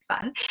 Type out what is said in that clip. fun